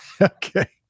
Okay